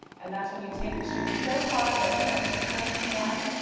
and that's when you take the sugar so far that it starts to turn tan,